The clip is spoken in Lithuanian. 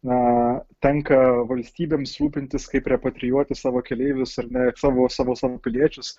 na tenka valstybėms rūpintis kaip repatrijuoti savo keleivius ar ne savo savo savo piliečius